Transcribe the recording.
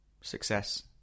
success